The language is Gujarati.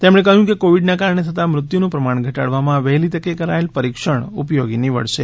તેમણે કહ્યું કે કોવિડના કારણે થતાં મૃત્યુનું પ્રમાણ ઘટાડવામાં વહેલી તકે કરાયેલ પરીક્ષણ ઉપયોગી નીવડશે